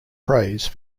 praise